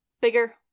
bigger